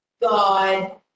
god